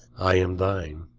i am thine.